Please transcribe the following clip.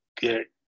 get